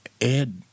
ed